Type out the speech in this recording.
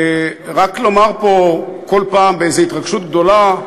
ורק לומר פה כל פעם באיזו התרגשות גדולה,